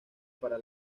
para